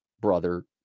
brother